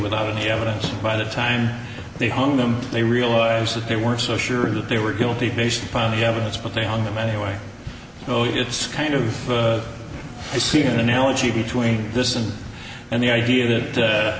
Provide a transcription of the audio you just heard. without evidence by the time they hung them they realize that they weren't so sure that they were guilty based upon the evidence but they hung them anyway oh it's kind of i see an analogy between this and and the idea that